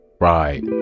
Right